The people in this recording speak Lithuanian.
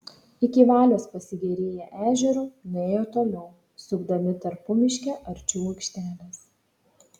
iki valios pasigėrėję ežeru nuėjo toliau sukdami tarpumiške arčiau aikštelės